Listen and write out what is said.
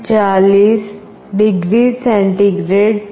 40 degree centigrade છે